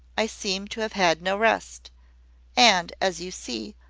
i seem to have had no rest and, as you see,